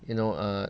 you know err